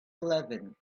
eleven